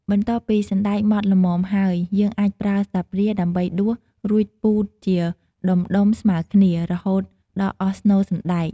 បន្ទាប់ពីសណ្ដែកម៉ដ្ឋល្មមហើយ យើងអាចប្រើស្លាបព្រាដើម្បីដួស រួចពូតជាដុំៗស្មើគ្នា រហូតអស់ស្នូលសណ្ដែក។